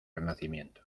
renacimiento